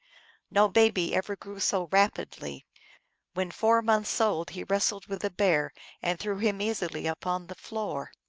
no baby ever grew so rapidly when four months old he wrestled with the bear and threw him easily upon the floor.